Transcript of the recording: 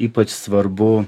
ypač svarbu